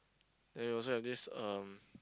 then also have this um